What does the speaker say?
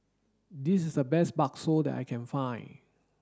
this is the best Bakso that I can find